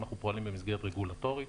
אנחנו פועלים במסגרת רגולטורית,